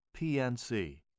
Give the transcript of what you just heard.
PNC